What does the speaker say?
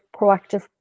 proactive